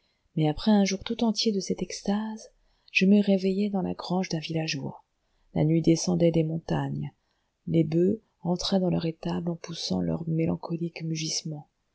mais après un jour tout entier de cette extase je me réveillai dans la grange d'un villageois la nuit descendait des montagnes les boeufs rentraient dans leur étable en poussant de mélancoliques mugissements